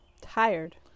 Tired